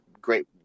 great